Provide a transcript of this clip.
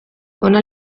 ona